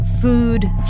Food